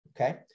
Okay